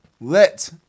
let